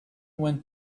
went